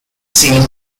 seen